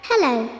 Hello